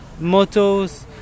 motos